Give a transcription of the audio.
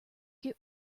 get